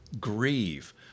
grieve